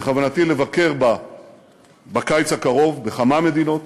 ובכוונתי לבקר בה בקיץ הקרוב בכמה מדינות,